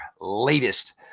latest